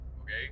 okay